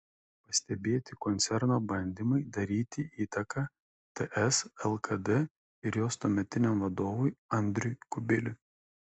pastebėti koncerno bandymai daryti įtaką ts lkd ir jos tuometiniam vadovui andriui kubiliui